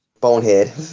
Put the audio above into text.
Bonehead